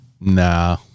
nah